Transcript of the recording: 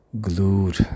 glued